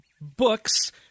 books